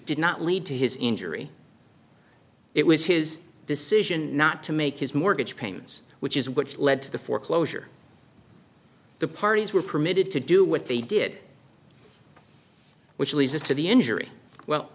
did not lead to his injury it was his decision not to make his mortgage payments which is what led to the foreclosure the parties were permitted to do what they did which leases to the injury well